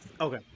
Okay